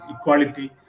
equality